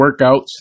workouts